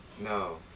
No